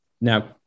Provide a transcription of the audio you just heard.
now